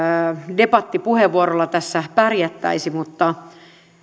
debattipuheenvuorolla tässä pärjättäisiin mutta